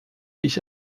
ich